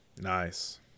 Nice